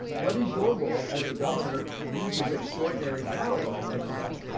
what is your role as a governor uses extraordinary power at this time?